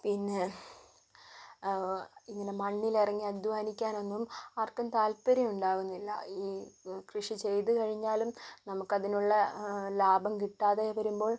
പിന്നെ ഇങ്ങനെ മണ്ണിലിറങ്ങി അധ്വാനിക്കാനൊന്നും ആർക്കും താൽപര്യം ഉണ്ടാവുന്നില്ല ഈ കൃഷി ചെയ്ത് കഴിഞ്ഞാലും നമുക്ക് അതിനുള്ള ലാഭം കിട്ടാതെ വരുമ്പോൾ